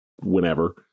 whenever